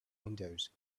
windows